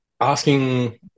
asking